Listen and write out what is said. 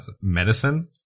medicine